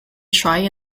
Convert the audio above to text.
try